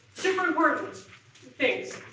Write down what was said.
super important things.